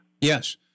Yes